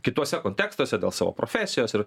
kituose kontekstuose dėl savo profesijos ir